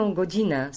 godzinę